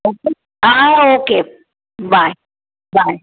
okay हा हा okay bye बाए